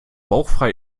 bauchfrei